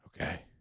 Okay